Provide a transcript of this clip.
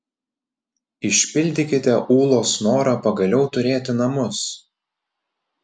išpildykite ūlos norą pagaliau turėti namus